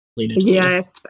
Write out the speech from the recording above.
Yes